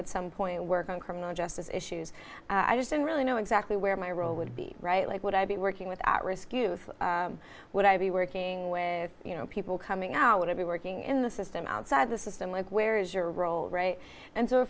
at some point work on criminal justice issues i didn't really know exactly where my role would be right like would i be working without risk youth would i be working with you know people coming out to be working in the system outside the system like where is your role right and so